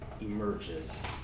emerges